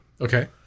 Okay